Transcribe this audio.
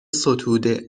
ستوده